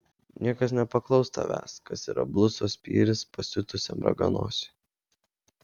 niekas nepaklaus tavęs kas yra blusos spyris pasiutusiam raganosiui